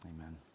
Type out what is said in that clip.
amen